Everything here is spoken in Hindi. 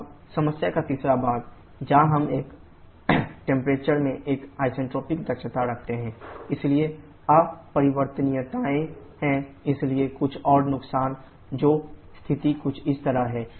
अब समस्या का तीसरा भाग जहां हम एक टेंप्रेचर में एक आइसेंट्रोपिक दक्षता रखते हैं इसलिए अपरिवर्तनीयताएं हैं इसलिए कुछ और नुकसान जो स्थिति कुछ इस तरह है